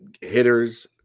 hitters